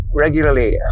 regularly